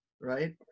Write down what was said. right